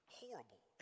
horrible